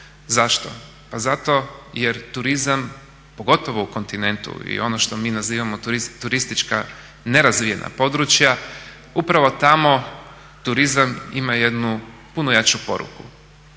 Zašto? Pa zato jer turizam, pogotovo u kontinentu i ono što mi nazivamo turistička nerazvijena područja, upravo tamo turizam ima jednu puno jaču poruku.